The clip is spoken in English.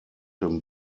him